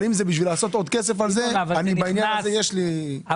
אבל אם זה בשביל לעשות עוד כסף על זה בעניין הזה יש לי מה לומר.